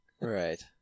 Right